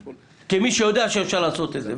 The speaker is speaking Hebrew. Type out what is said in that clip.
כמי שיודע שאפשר לעשות את זה,